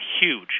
huge